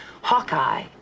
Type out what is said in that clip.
Hawkeye